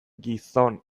gizon